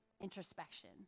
introspection